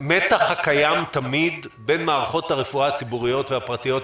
המתח הקיים תמיד בין מערכות הרפואה הציבוריות והפרטיות?